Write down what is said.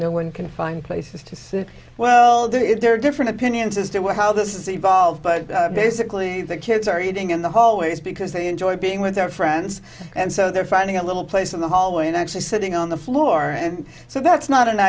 no one can find places to sit well do if there are different opinions as to what how this is evolved but basically the kids are eating in the hallways because they enjoy being with their friends and so they're finding a little place in the hallway and actually sitting on the floor and so that's not an